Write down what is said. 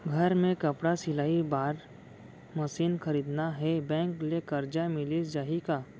घर मे कपड़ा सिलाई बार मशीन खरीदना हे बैंक ले करजा मिलिस जाही का?